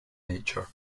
nature